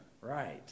Right